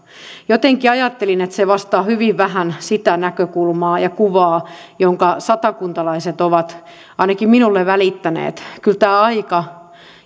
jotenkin ajattelin että se vastaa hyvin vähän sitä näkökulmaa ja kuvaa jonka satakuntalaiset ovat ainakin minulle välittäneet kyllä tämä aika